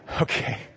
Okay